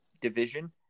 division